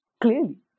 Clearly